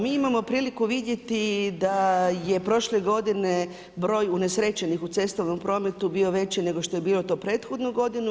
Mi imamo priliku vidjeti, da je prošle godine, broj unesrećenih u cestovnom prometu bio veći nego što je bio to prethodnu godinu.